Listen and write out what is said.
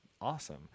awesome